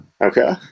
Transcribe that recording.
Okay